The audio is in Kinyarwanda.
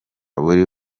buri